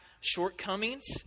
shortcomings